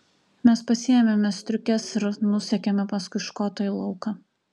mes pasiėmėme striukes ir nusekėme paskui škotą į lauką